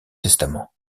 testament